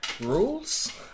Rules